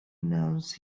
announce